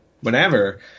whenever